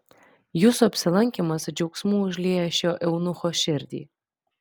jūsų apsilankymas džiaugsmu užlieja šio eunucho širdį